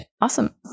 Awesome